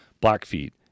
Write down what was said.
blackfeet